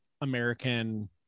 American